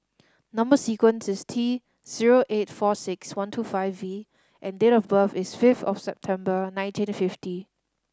number sequence is T zero eight four six one two five V and date of birth is fifth of September nineteen fifty